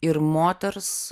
ir moters